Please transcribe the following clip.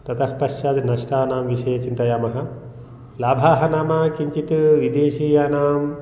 ततः पश्चात् नष्टानां विषये चिन्तयामः लाभाः नाम किञ्चित् विदेशीयानां